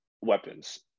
weapons